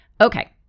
Okay